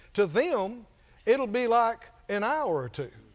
to them it will be like an hour or two.